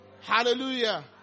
Hallelujah